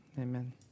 amen